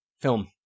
film